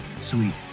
sweet